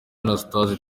anastase